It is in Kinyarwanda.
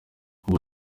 uwo